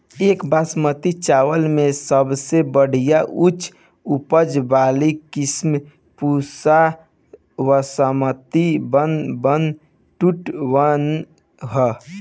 एक बासमती चावल में सबसे बढ़िया उच्च उपज वाली किस्म Pusa Basmati one one two one ह?